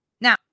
Now